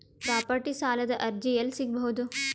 Property ಸಾಲದ ಅರ್ಜಿ ಎಲ್ಲಿ ಸಿಗಬಹುದು?